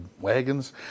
wagons